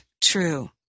true